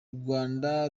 rwanda